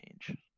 change